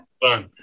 fun